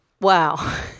Wow